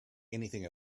anything